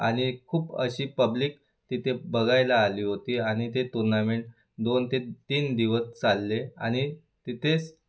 आणि खूप अशी पब्लिक तिथे बघायला आली होती आणि ते तुर्नामेंट दोन ते तीन दिवस चालले आणि तिथेच